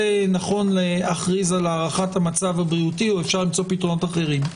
נכון להכריז על הארכת המצב הבריאותי או אפשר למצוא פתרונות אחרים.